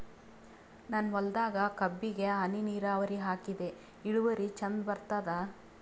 ನನ್ನ ಹೊಲದಾಗ ಕಬ್ಬಿಗಿ ಹನಿ ನಿರಾವರಿಹಾಕಿದೆ ಇಳುವರಿ ಚಂದ ಬರತ್ತಾದ?